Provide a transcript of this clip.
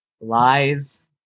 lies